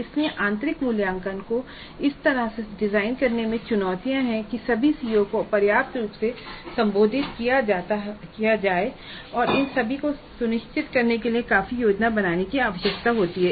इसलिए आंतरिक मूल्यांकन को इस तरह से डिजाइन करने में चुनौतियां हैं कि सभी सीओ को पर्याप्त रूप से संबोधित किया जाता है और इन सभी को सुनिश्चित करने के लिए काफी योजना बनाने की आवश्यकता होती है